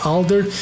Alder